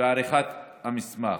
בעריכת המסמך.